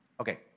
Okay